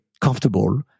comfortable